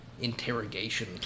interrogation